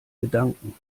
gedanken